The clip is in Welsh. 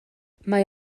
mae